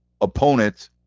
opponent